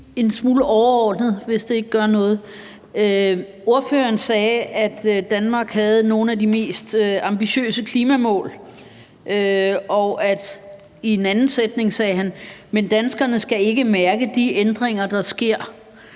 en smule overordnet, hvis det ikke gør noget. Ordføreren sagde, at Danmark har nogle af de mest ambitiøse klimamål, og i en anden sætning sagde han: Men danskerne skal ikke mærke de ændringer, der sker.